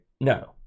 No